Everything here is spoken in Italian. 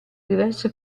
diverse